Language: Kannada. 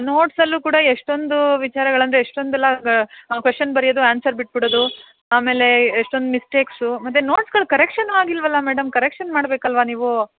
ನೋಟ್ಸಲ್ಲು ಕೂಡ ಎಷ್ಟೊಂದು ವಿಚಾರಗಳು ಅಂದರೆ ಎಷ್ಟೊಂದೆಲ್ಲ ಕ್ವೆಷನ್ ಬರೆಯೋದು ಆನ್ಸರ್ ಬಿಟ್ಟು ಬಿಡೋದು ಆಮೇಲೆ ಎಷ್ಟೊಂದು ಮಿಸ್ಟೇಕ್ಸು ಮತ್ತೆ ನೋಟ್ಸಗಳು ಕರೆಕ್ಷನ್ ಆಗಿಲ್ವಲ್ಲ ಮೇಡಂ ಕರೆಕ್ಷನ್ ಮಾಡ್ಬೇಕಲ್ವ ನೀವು